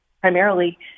primarily